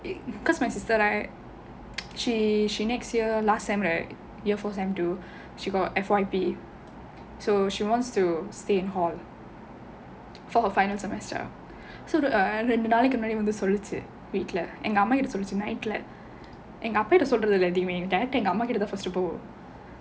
because my sister right she she next year last semester right year four semester two she got F_Y_P so she wants to stay in hall for her final semester ரெண்டு நாளைக்கு முன்னாடி வந்து சொல்லுச்சு வீட்ல என் அம்மா கிட்ட சொல்லுச்சு:rendu naalaikku munnaadi vanthu solluchu veetla en amma kita solluchu night leh என் அப்பா கிட்ட சொல்றது இல்ல எல்லாத்தியுமே:la en appa kitta solrathu illa ellaathaiyumae direct ah என் அம்மா கிட்ட தான்:en amma kitta thaan first போவோம்:pesuvom